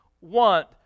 want